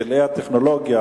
פלאי הטכנולוגיה.